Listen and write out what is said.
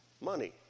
Money